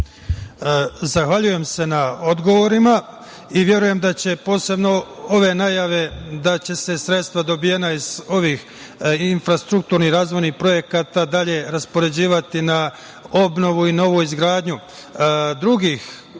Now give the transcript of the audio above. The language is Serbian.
Zahvaljujem se na odgovorima. Verujem da će, posebno ove najave, da će se sredstva dobijena iz ovih infrastrukturnih razvojnih projekata dalje raspoređivati na obnovu i novoizgradnju drugih,